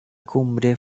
cumbre